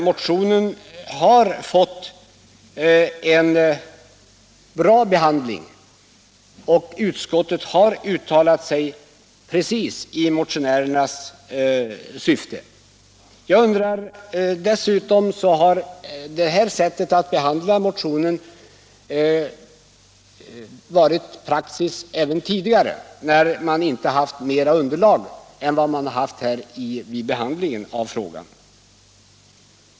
Motionen har fått en bra behandling, och utskottet har uttalat sig precis i motionärernas syfte. Dessutom har det här sättet att behandla motionen varit praxis även tidigare när man inte haft mera underlag än vad utskottet haft den här gången.